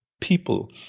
people